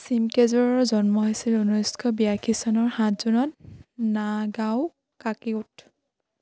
শ্বিমকেজুৰুৰ জন্ম হৈছিল ঊনৈছশ বিৰাশী চনৰ সাত জুনত নাগাওকাকিউত